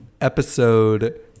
episode